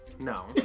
No